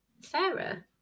Sarah